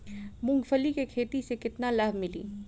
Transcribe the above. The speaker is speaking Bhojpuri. मूँगफली के खेती से केतना लाभ मिली?